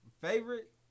favorite